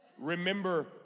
Remember